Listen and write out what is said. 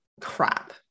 crap